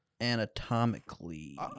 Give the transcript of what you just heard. Anatomically